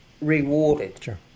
rewarded